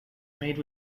made